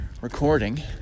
recording